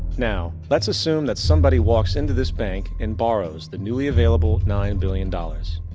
now let's assume that somebody walks into this bank and borrows the newly available nine billion dollars.